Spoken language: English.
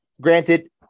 granted